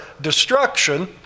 destruction